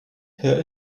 her